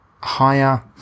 Higher